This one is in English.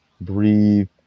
breathe